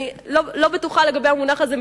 אני לא בטוחה לגבי המונח הזה,